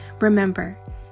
Remember